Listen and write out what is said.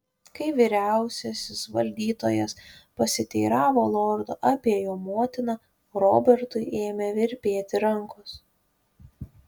kai vyriausiasis valdytojas pasiteiravo lordo apie jo motiną robertui ėmė virpėti rankos